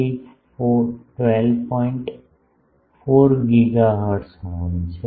4 gigahertz horn છે